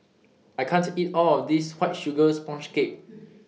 I can't eat All of This White Sugar Sponge Cake